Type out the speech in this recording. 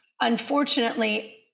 unfortunately